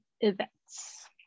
events